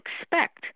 expect